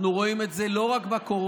אנחנו רואים את זה לא רק בקורונה,